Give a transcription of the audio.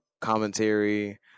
commentary